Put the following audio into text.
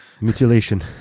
mutilation